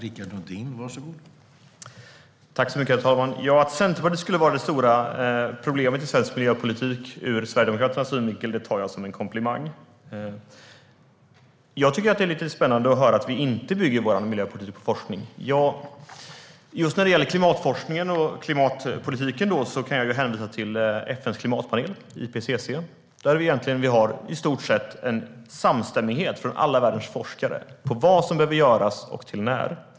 Herr talman! Att Centerpartiet skulle vara det stora problemet i svensk miljöpolitik ur Sverigedemokraternas synvinkel tar jag som en komplimang. Det är lite spännande att höra att vi inte skulle bygga vår miljöpolitik på forskning. När det gäller klimatforskningen och klimatpolitiken kan jag hänvisa till FN:s klimatpanel, IPCC. I stort sett finns det en samstämmighet bland alla världens forskare om vad som behöver göras och till när.